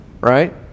right